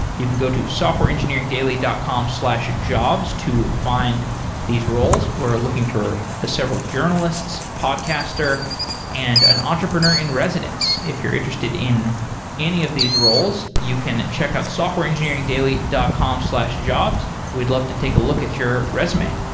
you can go to softwareengineeringdaily dot com slash jobs to find these roles. we're looking for a several journalists, a podcaster and an entrepreneur in residence. if you're interested in any of these roles, you can check out softwareengineeringdaily dot com slash jobs. we'd love to take a look at your resume